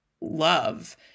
love